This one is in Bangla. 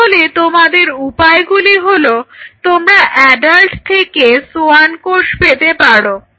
তাহলে তোমাদের উপায়গুলি হলো তোমরা অ্যাডাল্ট থেকে সোয়ান কোষ পেতে পারো